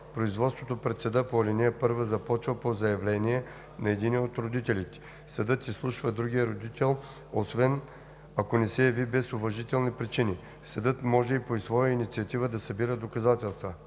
Производството пред съда по ал. 1 започва по заявление на единия от родителите. Съдът изслушва другия родител, освен ако не се яви без уважителни причини. Съдът може и по своя инициатива да събира доказателства.